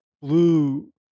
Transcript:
blue